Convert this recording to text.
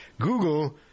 Google